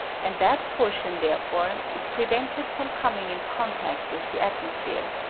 and that portion, therefore, is prevented from coming in contact with the atmosphere,